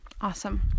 Awesome